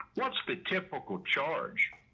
what's the typical charge?